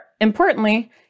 importantly